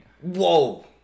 Whoa